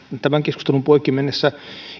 tämän keskustelun poikki mennessä